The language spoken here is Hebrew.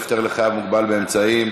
הפטר לחייב מוגבל באמצעים),